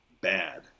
bad